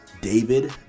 david